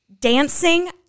dancing